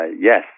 yes